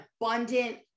abundant